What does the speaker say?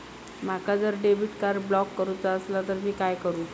माका जर debit card block करूचा असला तर मी काय करू?